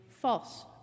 false